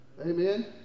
Amen